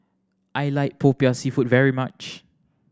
I like Popiah Seafood very much